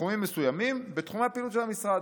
לתחומים מסוימים בתחומי הפעילות של המשרד".